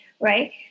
Right